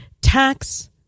tax